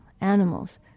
animals